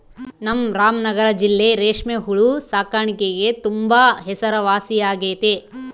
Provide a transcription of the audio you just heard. ನಮ್ ರಾಮನಗರ ಜಿಲ್ಲೆ ರೇಷ್ಮೆ ಹುಳು ಸಾಕಾಣಿಕ್ಗೆ ತುಂಬಾ ಹೆಸರುವಾಸಿಯಾಗೆತೆ